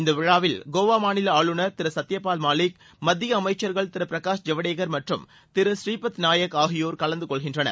இந்த விழாவில் கோவா மாநில ஆளுநர் திரு சத்பபால் மாலிக் மத்திய அமைச்சர்கள் திரு பிரகாஷ் ஜவடேகர் மற்றும் திரு ஸ்ரீபத் நாயக் ஆகியோர் கலந்து கொள்கின்றனர்